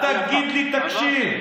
אל תגיד לי "תקשיב".